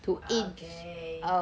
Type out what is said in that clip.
okay